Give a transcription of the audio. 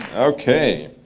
okay.